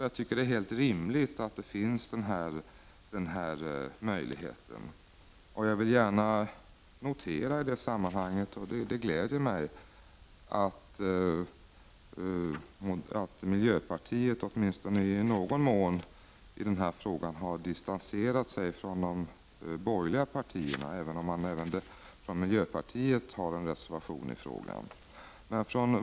Jag tycker att det är helt rimligt att den här möjligheten finns och vill gärna notera i det sammanhanget — detta gläder mig nämligen — att miljöpartiet åtminstone i någon mån har distanserat sig från de borgerliga partierna, även om miljöpartiet också har en reservation här.